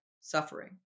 suffering